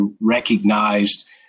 recognized